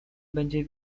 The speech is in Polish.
będzie